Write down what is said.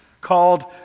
called